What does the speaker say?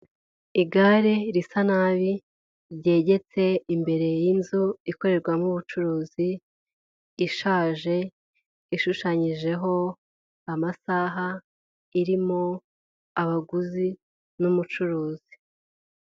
Igare risa nabi ryegetse imbere y'inzu ikorerwamo ubucuruzi, ishaje, ishushanyijeho amasaha, irimo abaguzi n'umucuruzi.